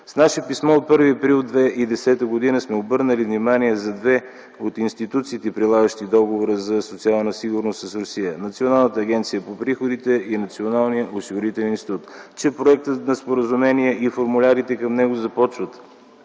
С наше писмо от 1 април 2010 г. сме обърнали внимание на две от институциите, прилагащи Договора за социална сигурност с Русия – Националната агенция за приходите и Националния осигурителен институт, че проектът на споразумение и формулярите към него започват